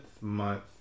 month